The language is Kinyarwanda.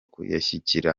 kuyashyira